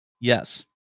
Yes